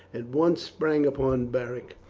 at once sprang upon beric,